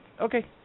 okay